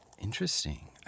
Interesting